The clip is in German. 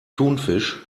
thunfisch